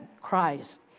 Christ